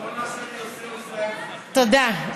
תודה.